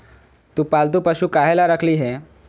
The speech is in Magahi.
तु पालतू पशु काहे ला रखिली हें